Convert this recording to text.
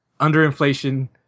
underinflation